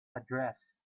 address